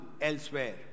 elsewhere